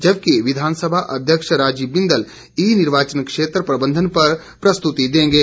जबकि विधानसभा अध्यक्ष राजीव बिन्दल ई निर्वाचन क्षेत्र प्रबंधन पर प्रस्तुती देंगे